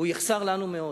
הוא יחסר לנו מאוד.